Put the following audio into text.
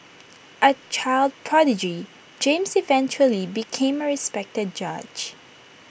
A child prodigy James eventually became A respected judge